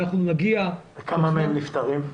ואנחנו נגיע --- כמה מהם נפטרים?